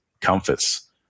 comforts